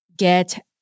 Get